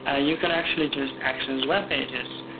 ah you can actually just access web pages.